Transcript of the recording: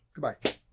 goodbye